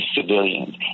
civilians